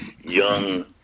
young